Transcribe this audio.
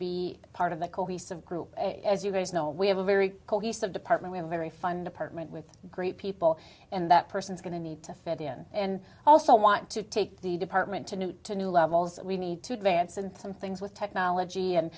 be part of that cohesive group as you guys know we have a very cohesive department a very fine department with great people and that person is going to need to fit in and also want to take the department to new to new levels that we need to advance and some things with technology and